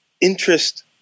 interest